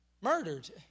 murdered